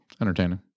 entertaining